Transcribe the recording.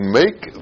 make